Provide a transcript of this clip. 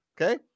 okay